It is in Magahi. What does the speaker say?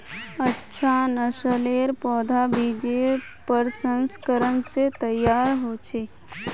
अच्छा नासलेर पौधा बिजेर प्रशंस्करण से तैयार होचे